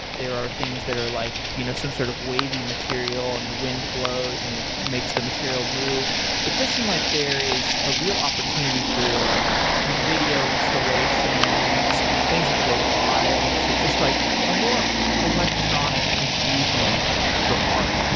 there are things that are like you know some sort of wavy material and the wind blows and it makes the material move but does seem like there is a real opportunity for video installation and and things with robotics, just like a more electronic infusion for art.